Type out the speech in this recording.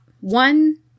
One